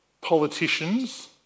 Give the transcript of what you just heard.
politicians